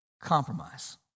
Compromise